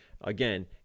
Again